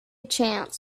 chance